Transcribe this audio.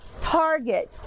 target